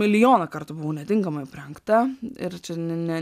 milijoną kartų buvau netinkamai aprengta ir čia ne ne